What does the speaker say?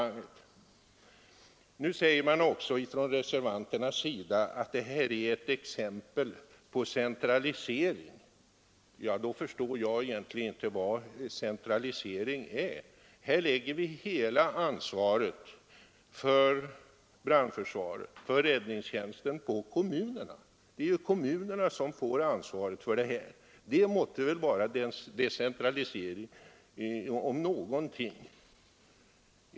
Nu säger reservanterna att det här är ett exempel på centralisering. Då förstår jag inte vad centralisering är. Här lägger vi så gott som hela ansvaret för brandförsvaret och räddningstjänsten på kommunerna. Det måtte väl vara decentralisering, om någonting.